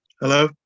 Hello